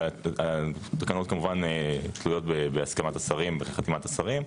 והתקנות כמובן תלויות בהסכמת השרים וחתימת השרים.